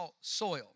soil